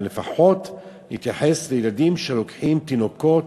אבל לפחות להתייחס לילדים שלוקחים תינוקות,